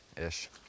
ish